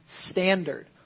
standard